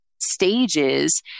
stages